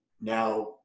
now